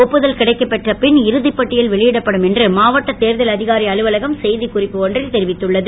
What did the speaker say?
ஒப்புதல் கிடைக்கப் பெற்றபின் இறுதிப்பட்டியல் வெளியிடப்படும் என்று மாவட்ட தேர்தல் அதிகாரி அலுவலகம் செய்திக்குறிப்பு ஒன்றில் தெரிவித்துள்ளது